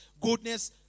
goodness